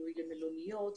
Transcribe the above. לפינוי למלוניות,